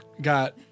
got